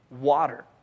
water